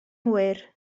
hwyr